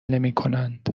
نمیکنند